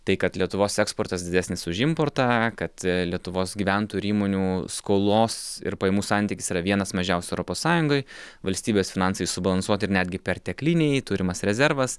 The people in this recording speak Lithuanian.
tai kad lietuvos eksportas didesnis už importą kad lietuvos gyventojų ir įmonių skolos ir pajamų santykis yra vienas mažiausių europos sąjungoj valstybės finansai subalansuoti ir netgi pertekliniai turimas rezervas